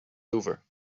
over